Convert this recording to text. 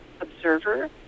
observer